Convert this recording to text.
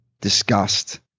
disgust